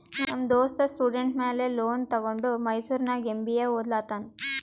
ನಮ್ ದೋಸ್ತ ಸ್ಟೂಡೆಂಟ್ ಮ್ಯಾಲ ಲೋನ್ ತಗೊಂಡ ಮೈಸೂರ್ನಾಗ್ ಎಂ.ಬಿ.ಎ ಒದ್ಲತಾನ್